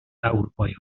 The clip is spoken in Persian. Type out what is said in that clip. اروپایی